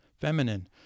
feminine